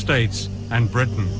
states and britain